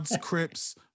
Crips